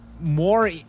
more